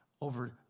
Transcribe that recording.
over